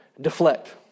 Deflect